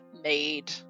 made